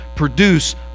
produce